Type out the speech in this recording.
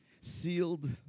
sealed